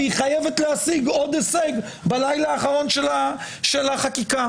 והיא חייבת להשיג עוד הישג בלילה האחרון שלה של החקיקה.